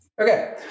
Okay